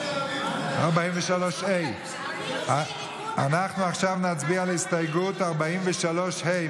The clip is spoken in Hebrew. עכשיו 43ה'. 43ה'. אנחנו עכשיו נצביע על הסתייגות 43ה,